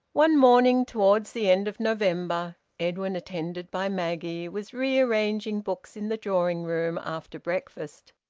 one morning towards the end of november edwin, attended by maggie, was rearranging books in the drawing-room after breakfast,